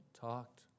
talked